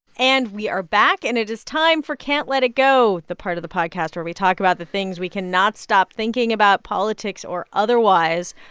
and we are back and it is time for can't let it go, the part of the podcast where we talk about the things we cannot stop thinking about politics or otherwise.